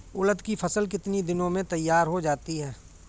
उड़द की फसल कितनी दिनों में तैयार हो जाती है?